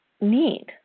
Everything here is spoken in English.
need